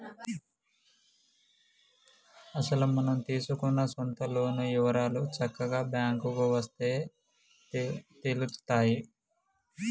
అసలు మనం తీసుకున్న సొంత లోన్ వివరాలు చక్కగా బ్యాంకుకు వస్తే తెలుత్తాయి